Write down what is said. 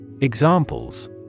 Examples